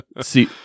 See